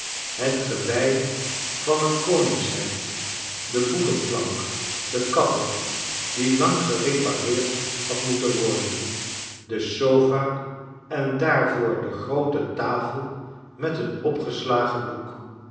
het gewei van een koningshert de boekenplank de kachel die lang gerepareerd had moeten worden de sofa en daarvoor de groote tafel met een opengeslagen boek